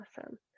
awesome